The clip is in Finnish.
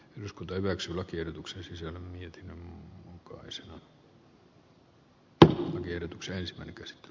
eduskunta hyväksyi lakiehdotuksen sisällä saattaa jossakin tilanteessa jäädä hyödyntämättä